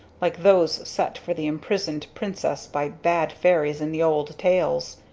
like those set for the imprisoned princess by bad fairies in the old tales.